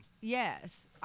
Yes